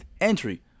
entry